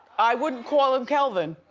i wouldn't call him kelvin.